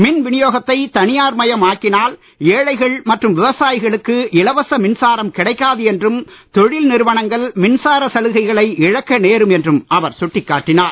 மின் வினியோகத்தைத் தனியார் மயம் ஆக்கினால் ஏழைகள் மற்றும் விவசாயிகளுக்கு இலவச மின்சாரம் கிடைக்காது என்றும் தொழில் நிறுவனங்கள் மின்சார சலுகைகளை இழக்க நேரும் என்றும் அவர் சுட்டிக் காட்டினார்